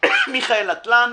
מיכאל אטלן,